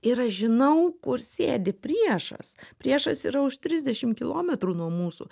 ir aš žinau kur sėdi priešas priešas yra už trisdešimt kilometrų nuo mūsų